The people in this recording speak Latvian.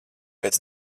pēc